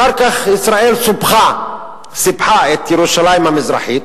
אחר כך ישראל סיפחה את ירושלים המזרחית